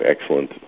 excellent